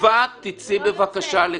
אדווה, יוציאו אותך בכוח, יהיה לך נעים?